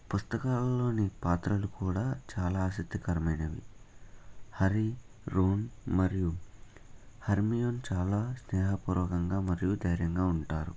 పుస్తకాలలోని పాత్రలు కూడా చాలా ఆసక్తికరమైనవి హరి రోమ్ మరియు హెర్మియోన్ చాలా స్నేహపూర్వకంగా మరియు ధైర్యంగా ఉంటారు